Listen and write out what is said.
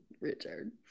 Richard